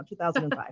2005